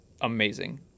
amazing